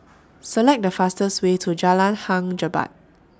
Select The fastest Way to Jalan Hang Jebat